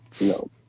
no